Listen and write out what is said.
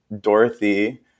Dorothy